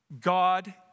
God